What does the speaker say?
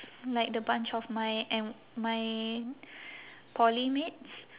like the bunch of my uh my poly mates